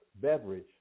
beverage